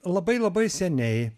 labai labai seniai